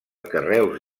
carreus